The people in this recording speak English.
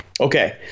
Okay